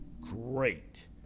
great